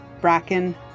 Bracken